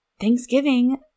Thanksgiving